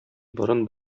борын